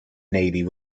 navy